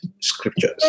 scriptures